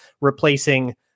replacing